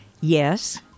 Yes